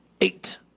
Eight